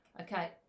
Okay